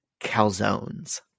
Calzones